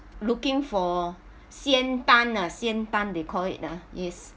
looking for 仙丹 ah 仙丹 they call it ah is